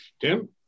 Tim